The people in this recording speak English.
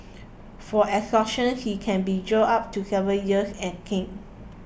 for extortion he can be jailed up to seven years and caned